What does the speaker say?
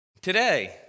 Today